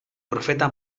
profeta